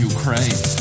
Ukraine